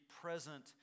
present